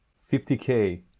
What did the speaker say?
50k